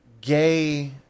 gay